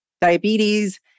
diabetes